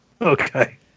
Okay